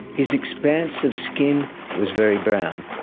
his expanse of skin was very brown.